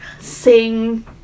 sing